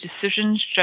decisions